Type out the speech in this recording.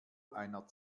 einer